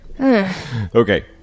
Okay